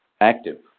active